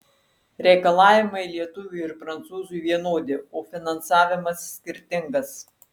reikalavimai lietuviui ar prancūzui vienodi o finansavimas skirtingas